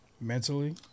mentally